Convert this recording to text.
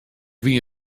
wie